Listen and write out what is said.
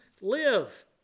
live